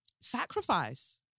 Sacrifice